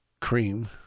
cream